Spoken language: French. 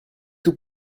tout